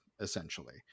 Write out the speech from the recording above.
essentially